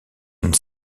une